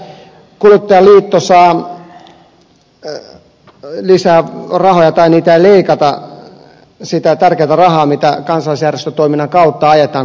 pääasia että kuluttajaliitto saa lisää rahoja tai niiltä ei leikata sitä tärkeätä rahaa millä kansalaisjärjestötoiminnan kautta ajetaan kuluttajan etuja